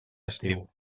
estiu